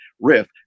riff